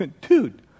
Dude